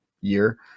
year